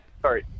Sorry